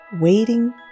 waiting